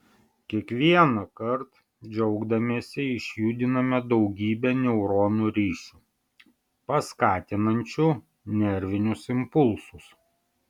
kiekvienąkart džiaugdamiesi išjudiname daugybę neuronų ryšių paskatinančių nervinius impulsus